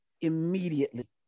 Immediately